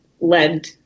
led